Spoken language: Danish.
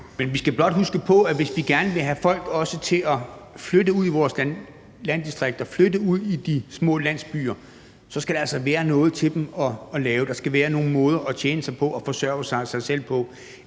Men vi skal blot huske på, at hvis vi også gerne vil have folk til at flytte ud i vores landdistrikter og ud i de små landsbyer, så skal der altså være noget til dem at lave, der skal være nogle måder at tjene penge og forsørge sig selv på,